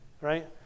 right